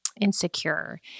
insecure